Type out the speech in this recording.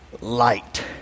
light